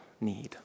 need